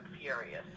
furious